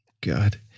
God